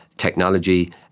technology